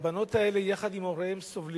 הבנות האלה, יחד עם הוריהן,